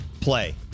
play